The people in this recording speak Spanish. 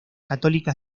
católica